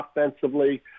offensively